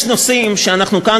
יש נושאים שאנחנו כאן,